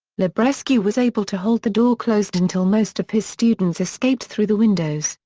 librescu was able to hold the door closed until most of his students escaped through the windows,